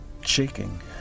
Shaking